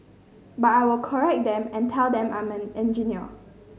but I will correct them and tell them I'm an engineer